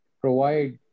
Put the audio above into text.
provide